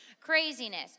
craziness